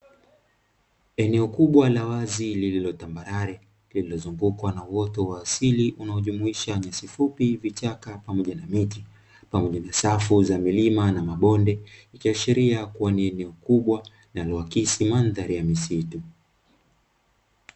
Eneo kubwa la wazi lililo tambalare lililozungukwa na uoto wa asili unaojumuisha nyasi fupi, vichaka, pamoja na miti, pamoja na safu za milima na mabonde, ikiashiria kuwa ni eneo kubwa linaloakisi mandhari ya misitu.